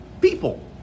people